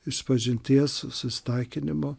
išpažinties susitaikinimo